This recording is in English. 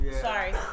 sorry